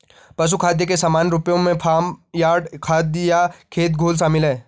पशु खाद के सामान्य रूपों में फार्म यार्ड खाद या खेत घोल शामिल हैं